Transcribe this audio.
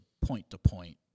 point-to-point